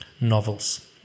novels